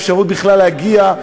אפשרות בכלל להגיע,